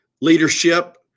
Leadership